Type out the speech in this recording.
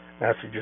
messages